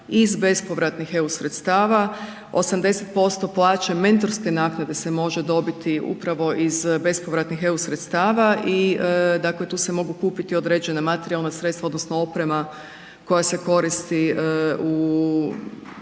iz bespovratnih EU sredstava, 80% plaće mentorske naknade se može dobiti upravo iz bespovratnih EU sredstava i dakle tu se mogu kupiti određena materijalna sredstva odnosno oprema koja se koristi u